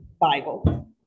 Bible